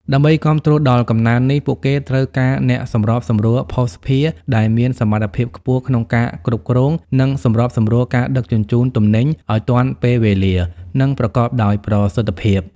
ដើម្បីគាំទ្រដល់កំណើននេះ ពួកគេត្រូវការអ្នកសម្របសម្រួលភស្តុភារដែលមានសមត្ថភាពខ្ពស់ក្នុងការគ្រប់គ្រង និងសម្របសម្រួលការដឹកជញ្ជូនទំនិញឱ្យទាន់ពេលវេលា និងប្រកបដោយប្រសិទ្ធភាព។